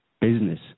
business